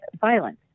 violence